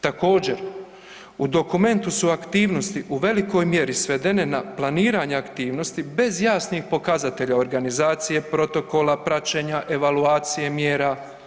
Također, u dokumentu su aktivnosti u velikoj mjeri svedene na planiranje aktivnosti bez jasnih pokazatelja organizacije, protokola, praćenja, evaluacije, mjera.